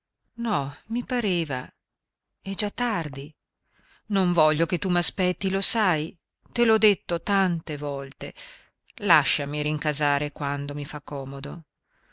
no mi pareva è già tardi non voglio che tu m'aspetti lo sai te l'ho detto tante volte lasciami rincasare quando mi fa comodo